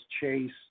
chase